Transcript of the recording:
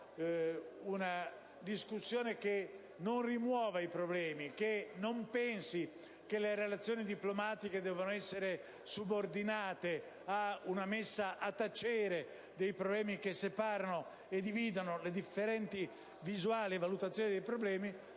una discussione che non nasconda i problemi, che non pensi che le relazioni diplomatiche debbano essere subordinate al tacitamento delle questioni che separano e dividono le differenti visuali e valutazioni dei problemi,